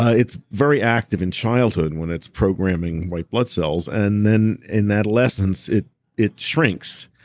ah it's very active in childhood when it's programming white blood cells. and then in adolescence, it it shrinks.